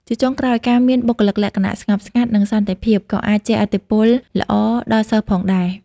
ជាចុងក្រោយ ការមាន បុគ្គលិកលក្ខណៈស្ងប់ស្ងាត់ និងសន្តិភាព ក៏អាចជះឥទ្ធិពលល្អដល់សិស្សផងដែរ។